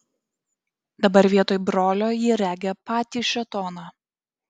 dabar vietoj brolio ji regi patį šėtoną